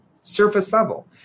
Surface-level